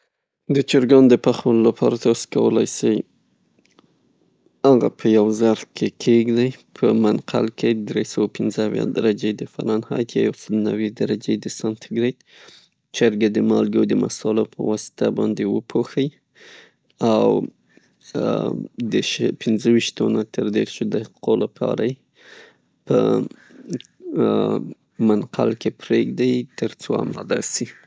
د چرګانو د پخولو د پاره تاسې کولای سئ، هغه په یوه ظرف کې کیګدئ په منقل کې دری سوه او پنځه اویا درحې د فرانهایت، یو سل او نیوي درجې د سانتي ګیرید. چرګه د مالګې او مثالو په واسطه وپوښئ، او د پنځه ویشتو نه تر دیرشو دقو پورې په منقل کې پریږدئ تر څو اماده سي.